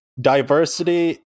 diversity